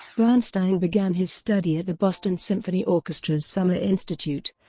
bernstein began his study at the boston symphony orchestra's summer institute,